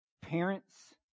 Parents